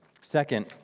Second